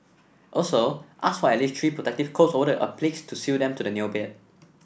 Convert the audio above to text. also ask for at least three protective coats over the appliques to seal them to the nail bed